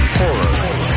horror